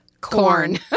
corn